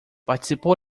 participó